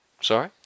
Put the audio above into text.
Sorry